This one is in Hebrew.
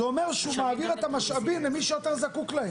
זה אומר שהוא מעביר את המשאבים למי שיותר זקוק להם.